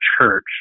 church